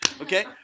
Okay